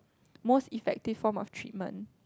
most effective form of treatment